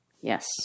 Yes